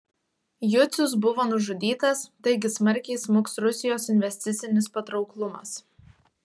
jucius buvo nužudytas taigi smarkiai smuks rusijos investicinis patrauklumas